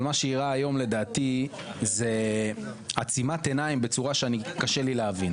אבל מה שאירע היום לדעתי זה עצימת עיניים בצורה שקשה לי להבין.